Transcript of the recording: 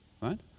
right